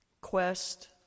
Quest